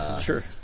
Sure